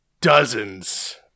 dozens